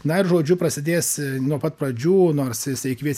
na ir žodžiu prasidės nuo pat pradžių nors jisai kvies